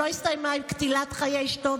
שלא הסתיימה בקטילת חיי אשתו,